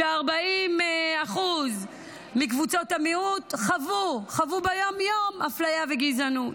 ש-40% מקבוצות המיעוט חוו ביום-יום אפליה וגזענות.